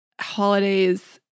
holidays